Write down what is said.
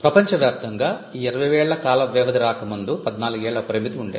ప్రపంచవ్యాప్తంగా ఈ 20 ఏళ్ళ కాల వ్యవధి రాక ముందు 14 ఏళ్ల పరిమితి వుండేది